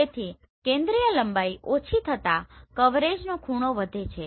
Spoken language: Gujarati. તેથી કેન્દ્રિય લંબાઈ ઓછી થતાં કવરેજનો ખૂણો વધે છે